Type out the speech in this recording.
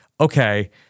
okay